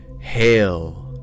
hail